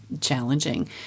challenging